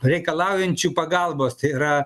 reikalaujančių pagalbos yra